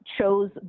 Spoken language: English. chose